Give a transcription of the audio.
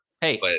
Hey